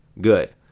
Good